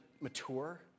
mature